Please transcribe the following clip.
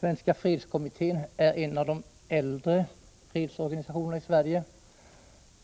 Svenska fredskommittén är en av de äldre fredsorganisationerna i Sverige.